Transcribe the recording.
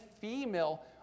female